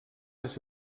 les